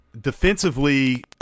defensively